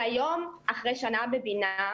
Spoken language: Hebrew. והיום אחרי שנה בבינ"ה,